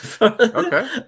Okay